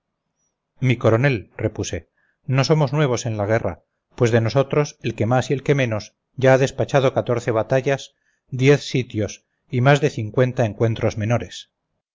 mi coronel repuse no somos nuevos en la guerra pues de nosotros el que más y el que menos ya ha despachado catorce batallas diez sitios y más de cincuenta encuentros menores